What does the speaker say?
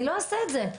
אני לא אעשה את זה.